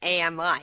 AMI